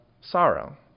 sorrow